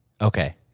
Okay